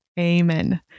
Amen